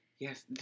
Yes